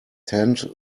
tend